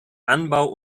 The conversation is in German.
anbau